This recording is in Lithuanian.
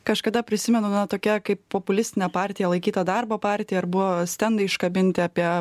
kažkada prisimenu viena tokia kaip populistine partija laikyta darbo partija ir buvo stendai iškabinti apie